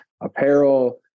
apparel